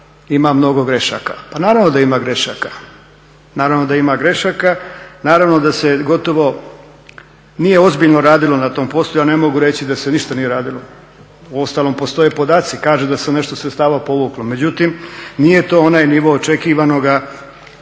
ima mnogo grešaka. Pa naravno da ima grešaka, naravno da ima grešaka, naravno da se gotovo nije ozbiljno radilo na tom poslu. Ja ne mogu reći da se ništa nije radilo, uostalom postoje podaci, kažu da se nešto sredstava povuklo. Međutim, nije to onaj nivo očekivanoga